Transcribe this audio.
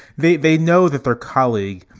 they they know that their colleague,